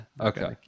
Okay